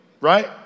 Right